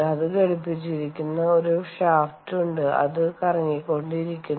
അത് ഘടിപ്പിച്ചിരിക്കുന്ന ഒരു ഷാഫ്റ്റ് ഉണ്ട് അത് കറങ്ങിക്കൊണ്ടിരിക്കുന്നു